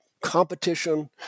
competition